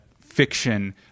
fiction